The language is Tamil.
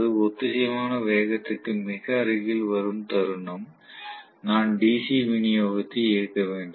இது ஒத்திசைவான வேகத்திற்கு மிக அருகில் வரும் தருணம் நான் DC விநியோகத்தை இயக்க வேண்டும்